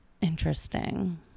Interesting